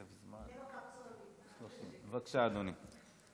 בבקשה, אדוני.